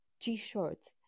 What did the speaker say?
t-shirts